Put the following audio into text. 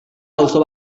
auzo